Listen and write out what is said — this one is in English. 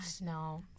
No